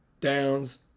Downs